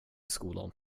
skolan